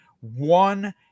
one